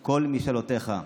כל משאלותיך.